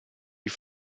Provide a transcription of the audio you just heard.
die